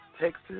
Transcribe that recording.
Texas